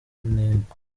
ntego